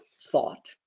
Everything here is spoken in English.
thought